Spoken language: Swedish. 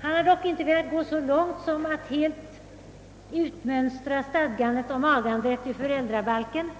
Han har dock inte velat gå så långt som till att helt utmönstra stadgandet om aganderätt i föräldrabalken